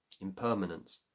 impermanence